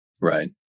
Right